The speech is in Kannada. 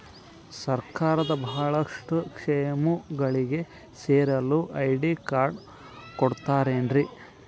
ಸರ್ಕಾರದ ಬಹಳಷ್ಟು ಸ್ಕೇಮುಗಳಿಗೆ ಸೇರಲು ಐ.ಡಿ ಕಾರ್ಡ್ ಕೊಡುತ್ತಾರೇನ್ರಿ?